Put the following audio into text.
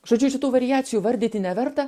žodžiu čia tų variacijų vardyti neverta